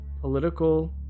political